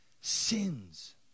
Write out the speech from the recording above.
sins